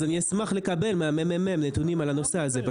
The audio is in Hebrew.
אז אי אשמח לקבל מהממ"מ נתונים על הנושא הזה.